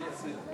שטייניץ, אתה